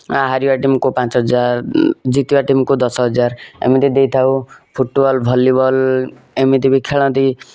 ହାରିବା ଟିମ୍କୁ ପାଞ୍ଚ ହଜାର ଜିତିବା ଟିମ୍କୁ ଦଶ ହଜାର ଏମିତି ଦେଇଥାଉ ଫୁଟବଲ୍ ଭଲିବଲ୍ ଏମିତି ବି ଖେଳନ୍ତି